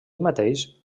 mateix